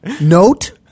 Note